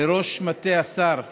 לראש מטה השר,